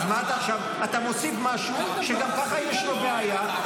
אתה מוסיף משהו שגם ככה יש לו בעיה,